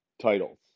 titles